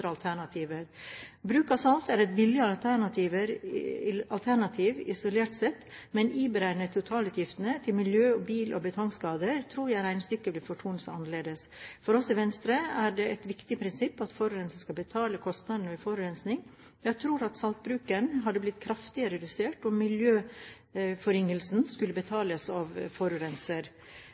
alternativer. Bruk av salt er et billigere alternativ isolert sett, men iberegnet totalutgiftene til miljø-, bil- og betongskader tror jeg regnestykket vil fortone seg annerledes. For oss i Venstre er det et viktig prinsipp at forurenser skal betale kostnadene ved forurensning. Jeg tror at saltbruken hadde blitt kraftig redusert om miljøforringelsene skulle betales av